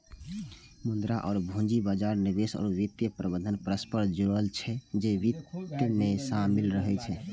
मुद्रा आ पूंजी बाजार, निवेश आ वित्तीय प्रबंधन परस्पर जुड़ल छै, जे वित्त मे शामिल रहै छै